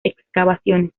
excavaciones